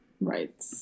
Right